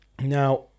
Now